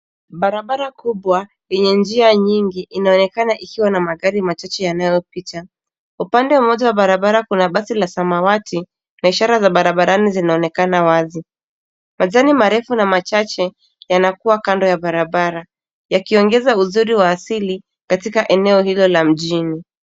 Barabara kubwa yenye njia nyingi, inaonekana ikiwa na magari machache yanayopita. Upande mmoja wa barabara kuna basi la samawati, na ishara za barabarani zinaonekana wazi. Majani marefu na machache yanakuwa kando ya barabara, yakiongeza uzuri wa asili katika eneo hilo la mjini.